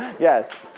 yes?